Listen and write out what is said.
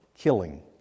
Killing